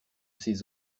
ces